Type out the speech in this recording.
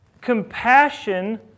Compassion